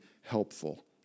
helpful